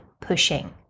pushing